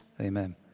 Amen